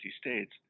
states